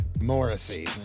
Morrissey